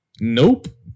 Nope